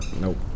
Nope